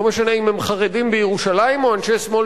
לא משנה אם הם חרדים בירושלים או אנשי שמאל